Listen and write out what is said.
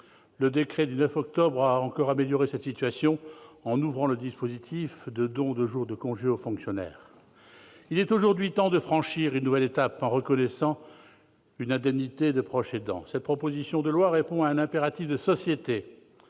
Un décret du 9 octobre dernier a encore amélioré cette situation, en ouvrant le dispositif de don de jours de congé aux fonctionnaires. Aujourd'hui, il est temps de franchir une nouvelle étape, en instaurant une indemnité pour le proche aidant. Cette proposition de loi répond à un impératif de société.